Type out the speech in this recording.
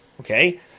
Okay